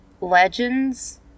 legends